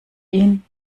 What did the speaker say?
ihn